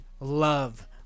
love